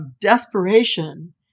desperation